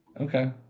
Okay